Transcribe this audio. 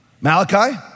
Malachi